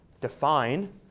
define